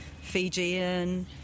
Fijian